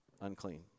Unclean